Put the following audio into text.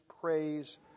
praise